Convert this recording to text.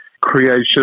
creation